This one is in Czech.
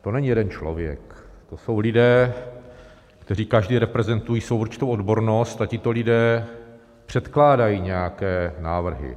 To není jeden člověk, to jsou lidé, kteří každý reprezentují svou určitou odbornost, a tito lidé předkládají nějaké návrhy.